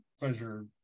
pleasure